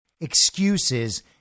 excuses